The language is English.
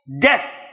Death